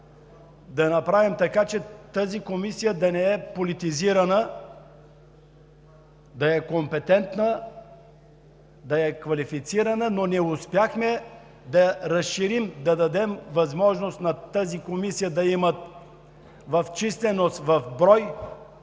да направим така, че тази комисия да не е политизирана, да е компетентна, да е квалифицирана. Но не успяхме да разширим, да дадем възможност на Комисията да има в численост, в брой